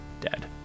dead